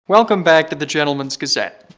welcome back to the gentleman's gazette!